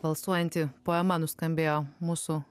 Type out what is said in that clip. alsuojanti poema nuskambėjo mūsų